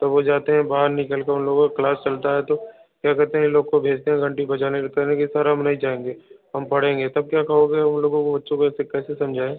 तो बजाते हैं बाहर निकल कर उन लोगों को क्लास चलता है तो क्या करते हैं लोग को भेजते हैं घंटी बजाने के तरीक़े हम नहीं जाएँगे हम पढ़ेंगे तब क्या कहोगे उन लोगों को बच्चों को ऐसे कैसे समझाए